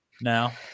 now